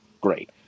Great